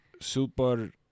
super